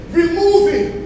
removing